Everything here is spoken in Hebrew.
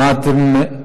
מה אתם,